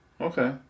Okay